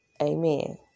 amen